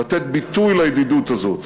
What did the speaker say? לתת ביטוי לידידות הזאת